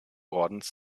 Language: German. ordens